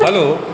hello